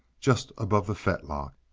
just above the fetlock.